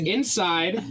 Inside